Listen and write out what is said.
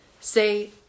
say